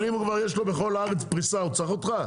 אבל אם הוא כבר יש לו בכל הארץ פריסה הוא צריך אותך?